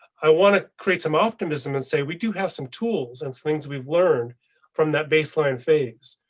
i want to create some optimism and say we do have some tools and things we've learned from that baseline phase,